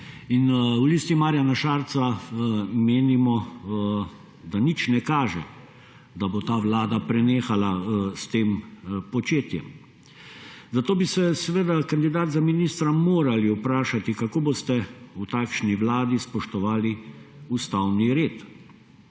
v Listi Marjana Šarca menimo, da nič ne kaže, da bo ta vlada prenehala s tem početjem. Zato bi se seveda, kandidat za ministra, morali vprašati, kako boste v takšni vladi spoštovali ustavni red.